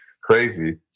Crazy